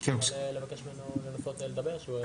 אני עוסק בתחום של הגנת הפרטיות.